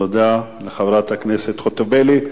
תודה לחברת הכנסת חוטובלי.